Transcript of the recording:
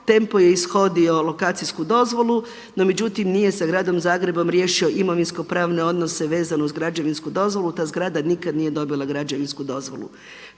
Tempo je ishodio lokacijsku dozvolu, no međutim nije sa gradom Zagrebom riješio imovinsko-pravne odnose vezano uz građevinsku dozvolu i ta zgrada nikad nije dobila građevinsku dozvolu.